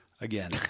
Again